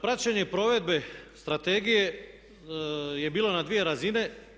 Praćenje provedbe strategije je bilo na dvije razine.